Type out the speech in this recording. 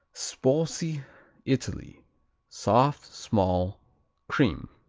sposi italy soft small cream.